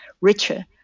richer